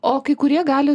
o kai kurie gali